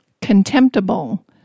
contemptible